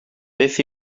beth